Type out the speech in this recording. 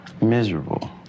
Miserable